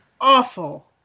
awful